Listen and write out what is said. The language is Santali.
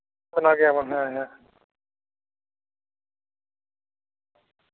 ᱚᱱᱟᱜᱮ ᱟᱨᱚ ᱦᱮᱸ ᱦᱮᱸ